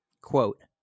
Quote